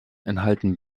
enthalten